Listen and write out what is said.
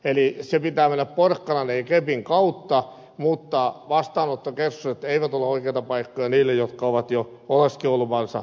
eli sen pitää mennä porkkanan ei kepin kautta mutta vastaanottokeskukset eivät ole oikeita paikkoja niille jotka ovat jo oleskelulupansa saavuttaneet